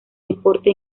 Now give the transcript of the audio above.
deporte